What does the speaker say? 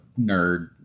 nerd